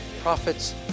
profits